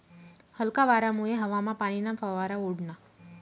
हलका वारामुये हवामा पाणीना फवारा उडना